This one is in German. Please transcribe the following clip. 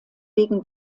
wegen